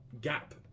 gap